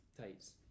tights